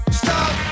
stop